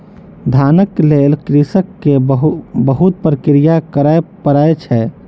धानक लेल कृषक के बहुत प्रक्रिया करय पड़ै छै